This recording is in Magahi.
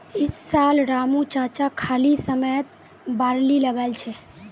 इस साल रामू चाचा खाली समयत बार्ली लगाल छ